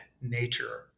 nature